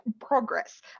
progress